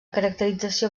caracterització